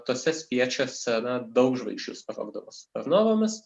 tuose spiečiuose na daug žvaigždžių sprogdavo supernovomis